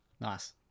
Nice